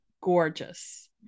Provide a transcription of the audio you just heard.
gorgeous